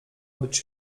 być